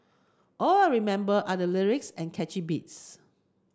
all remember are the lyrics and catchy beats